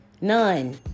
none